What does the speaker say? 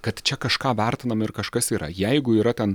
kad čia kažką vertinam ir kažkas yra jeigu yra ten